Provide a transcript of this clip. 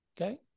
Okay